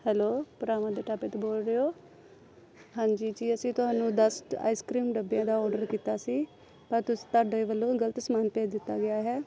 hello ਭਰਾਵਾਂ ਦੇ ਢਾਬੇ ਤੋਂ ਬੋਲ ਰਹੇ ਹੋ ਹਾਂਜੀ ਜੀ ਅਸੀਂ ਤੁਹਾਨੂੰ ਦਸ ਆਈਸ ਕ੍ਰੀਮ ਡੱਬਿਆਂ ਦਾ ਓਰਡਰ ਕੀਤਾ ਸੀ ਪਰ ਤੁਸੀਂ ਤੁਹਾਡੇ ਵੱਲੋਂ ਗਲਤ ਸਮਾਨ ਭੇਜ ਦਿੱਤਾ ਗਿਆ ਹੈ